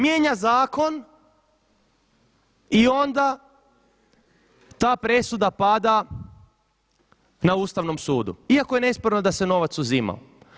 Mijenja zakon i onda ta presuda pada na Ustavnom sudu iako je nesporno da se novac uzimao.